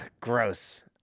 gross